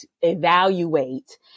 evaluate